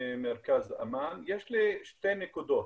יש לי שתי נקודות.